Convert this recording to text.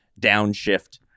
downshift